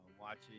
watching